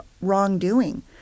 wrongdoing